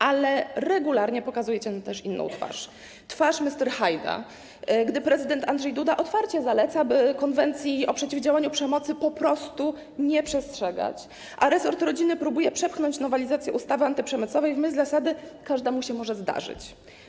Ale regularnie pokazujecie nam też inną twarz, twarz Mr. Hyde’a, gdy prezydent Andrzej Duda otwarcie zaleca, by konwencji o przeciwdziałaniu przemocy po prostu nie przestrzegać, a resort rodziny próbuje przepchnąć nowelizację ustawy antyprzemocowej w myśl zasady: każdemu może się zdarzyć.